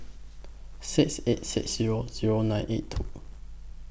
six eight six Zero Zero nine eight two